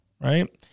right